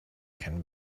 can